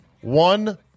One